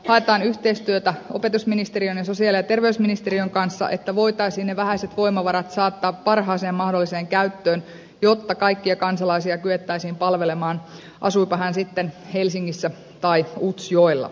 haetaan yhteistyötä opetusministeriön ja sosiaali ja terveysministeriön kanssa että voitaisiin ne vähäiset voimavarat saattaa parhaaseen mahdolliseen käyttöön jotta kaikkia kansalaisia kyettäisiin palvelemaan asuivatpa he sitten helsingissä tai utsjoella